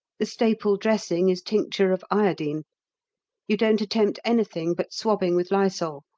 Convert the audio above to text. the staple dressing is tincture of iodine you don't attempt anything but swabbing with lysol,